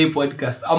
podcast